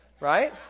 right